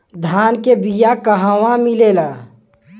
धान के बिया कहवा मिलेला?